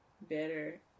better